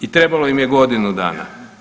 I trebalo im je godinu dana.